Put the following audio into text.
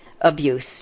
abuse